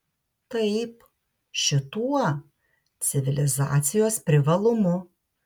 taip šituo civilizacijos privalumu